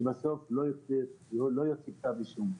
שבסוף לא ייצא כתב אישום.